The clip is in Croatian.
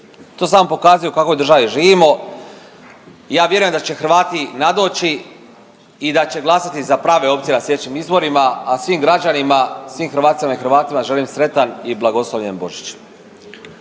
To samo pokazuje u kakvoj državi živimo i ja vjerujem da će Hrvati nadoći i da će glasati za prave opcije na sljedećim izborima. A svim građanima, svim Hrvaticama i Hrvatima želim sretan i blagoslovljen Božić.